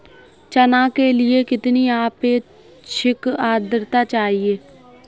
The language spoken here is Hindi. चना के लिए कितनी आपेक्षिक आद्रता चाहिए?